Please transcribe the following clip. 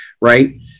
right